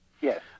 Yes